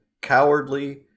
cowardly